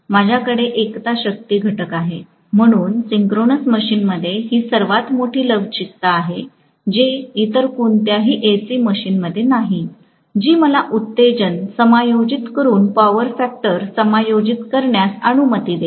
माझ्याकडे एकता शक्ती घटक आहे म्हणून सिंक्रोनस मशीनमध्ये ही सर्वात मोठी लवचिकता आहे जी इतर कोणत्याही एसी मशीनमध्ये नाही जी मला उत्तेजन समायोजित करून पॉवर फॅक्टर समायोजित करण्यास अनुमती देईल